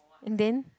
and then